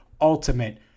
Ultimate